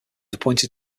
appointed